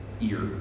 ear